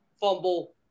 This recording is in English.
fumble